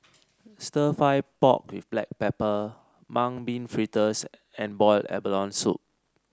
stir fry pork with Black Pepper Mung Bean Fritters and Boiled Abalone Soup